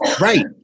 Right